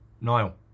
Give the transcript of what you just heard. Niall